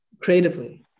creatively